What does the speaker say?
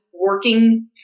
working